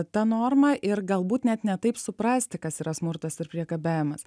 ta norma ir galbūt net ne taip suprasti kas yra smurtas ir priekabiavimas